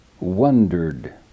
wondered